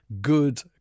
good